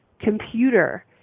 computer